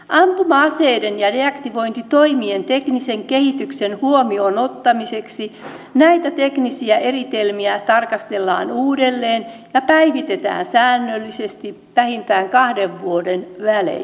ampuma aseiden ja deaktivointitoimien teknisen kehityksen huomioon ottamiseksi näitä teknisiä eritelmiä tarkastellaan uudelleen ja päivitetään säännöllisesti vähintään kahden vuoden välein